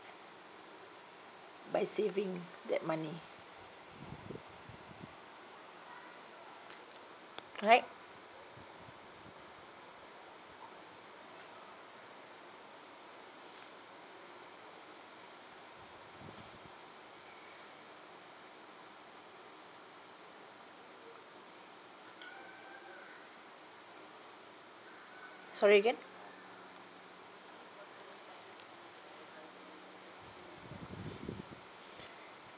by saving that money right sorry again